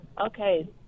Okay